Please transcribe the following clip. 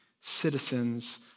citizens